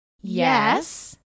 Yes